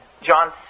John